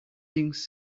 things